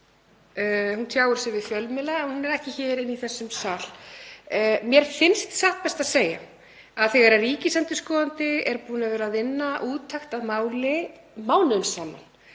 Hún tjáir sig við fjölmiðla en hún er ekki hér í þessum sal. Mér finnst satt best að segja að þegar ríkisendurskoðandi er búinn að vinna að úttekt á máli mánuðum saman